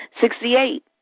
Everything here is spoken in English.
Sixty-eight